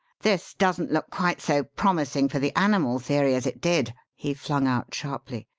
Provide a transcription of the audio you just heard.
this doesn't look quite so promising for the animal theory as it did! he flung out sharply.